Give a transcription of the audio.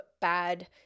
bad